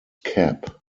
cap